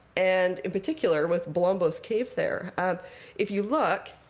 and in particular, with blombos cave there if you look